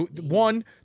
one